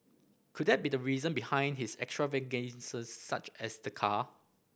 could that be the reason behind his extravagances such as the car